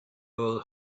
all